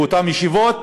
באותן ישיבות,